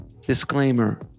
Disclaimer